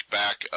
back